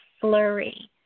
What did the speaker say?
flurry